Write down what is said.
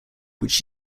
which